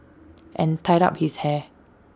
and tied up his hair